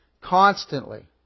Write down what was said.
Constantly